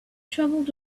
travelled